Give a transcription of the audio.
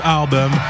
album